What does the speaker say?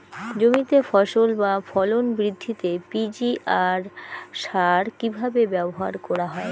জমিতে ফসল বা ফলন বৃদ্ধিতে পি.জি.আর সার কীভাবে ব্যবহার করা হয়?